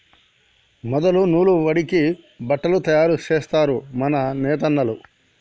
మొదలు నూలు వడికి బట్టలు తయారు జేస్తరు మన నేతన్నలు